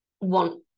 want